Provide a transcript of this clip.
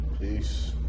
Peace